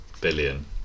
billion